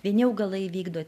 vieni augalai vykdo